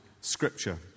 Scripture